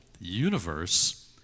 universe